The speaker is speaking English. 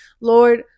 lord